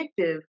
addictive